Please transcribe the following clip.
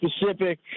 specific